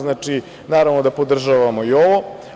Znači, naravno da podržavamo i ovo.